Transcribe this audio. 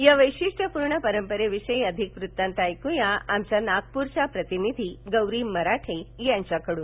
या वैशिष्ट्यपूर्ण परंपरेविषयी अधिक वृत्तांत ऐक्या आमच्या नागपूरच्या प्रतिनिधी गौरी मराठे यांच्याकडून